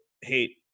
hate